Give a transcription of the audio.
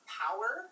power